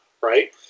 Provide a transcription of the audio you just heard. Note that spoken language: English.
right